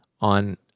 on